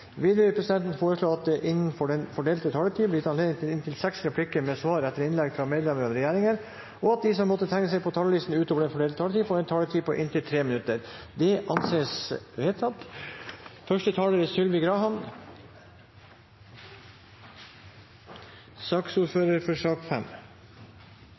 Videre vil presidenten foreslå at det – innenfor den fordelte taletid – blir gitt anledning til inntil seks replikker med svar etter innlegg fra medlemmer av regjeringen, og at de som måtte tegne seg på talerlisten utover den fordelte taletid, får en taletid på inntil 3 minutter. – Det anses vedtatt.